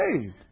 saved